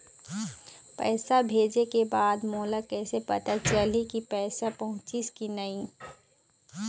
पैसा भेजे के बाद मोला कैसे पता चलही की पैसा पहुंचिस कि नहीं?